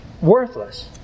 worthless